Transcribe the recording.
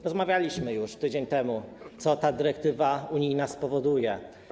Rozmawialiśmy już tydzień temu o tym, co ta dyrektywa unijna spowoduje.